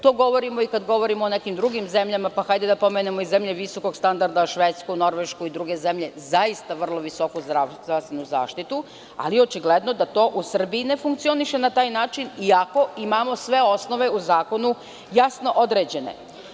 To govorimo kada govorimo i o nekim drugim zemljama, pa hajde da pomenemo i zemlje visokog standarda: Švedsku, Norvešku i druge zemlje, zaista vrlo visoku zdravstvenu zaštitu, ali je očigledno da to u Srbiji ne funkcioniše na taj način, iako imamo sve osnove u zakonu jasno određene.